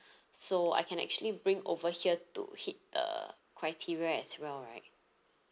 so I can actually bring over here to hit the criteria as well right